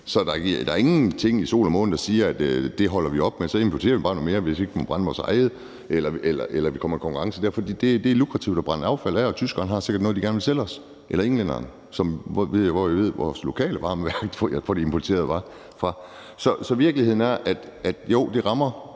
Så der er ingenting i sol og måne, der siger, at det holder vi op med. Vi importerer bare noget mere, hvis ikke vi må brænde vores eget af, eller vi kommer i konkurrence. For det er lukrativt at brænde affald af, og tyskerne eller englænderne har sikkert noget, de gerne vil sælge os, hvorved vi kan få øget produktionen på vores lokale varmeværk med de importerede varer. Så virkeligheden er, at jo, det rammer